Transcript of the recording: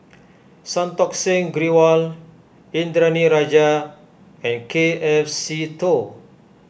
Santokh Singh Grewal Indranee Rajah and K F Seetoh